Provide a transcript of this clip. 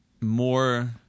more